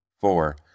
Four